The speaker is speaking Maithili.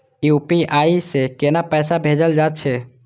यू.पी.आई से केना पैसा भेजल जा छे?